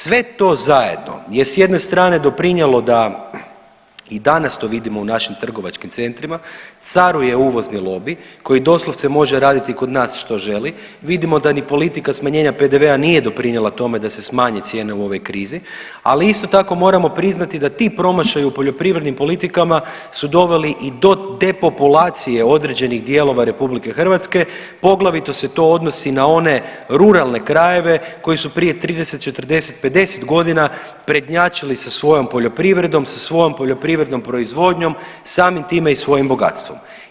Sve to zajedno je s jedne strane doprinijelo da i danas to vidimo u našim trgovačkim centrima, caruje uvozni lobij koji doslovce može raditi kod nas što želi, vidimo da ni politika smanjenja PDV-a nije doprinijela tome da se smanje cijene u ovoj krizi, ali isto tako morao priznati da ti promašaji u poljoprivrednim politikama su doveli i do depopulacije određenih dijelova RH, poglavito se to odnosi na one ruralne krajeve koji su prije 30, 40, 50 godina prednjačili sa svojom poljoprivredom sa svojom poljoprivrednom proizvodnjom, samim time i svojim bogatstvom.